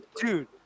Dude